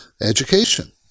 Education